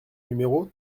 numéro